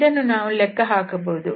ಇದನ್ನು ನಾವು ಲೆಕ್ಕಹಾಕಬಹುದು